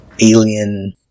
Alien